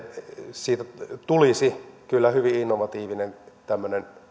siitä tulisi kyllä hyvin innovatiivinen tämmöinen